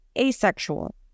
asexual